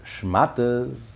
shmatas